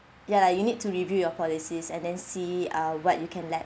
ya lah you need to review your policies and then see uh what you can let